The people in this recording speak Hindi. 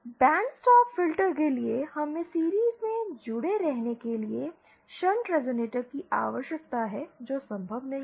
बैंड स्टॉप फिल्टर के लिए हमें सीरिज़ में जुड़े रहने के लिए शंट रेज़ोनेटर की आवश्यकता है जो संभव नहीं है